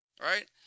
right